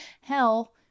hell